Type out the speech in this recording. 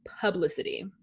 publicity